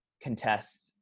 contests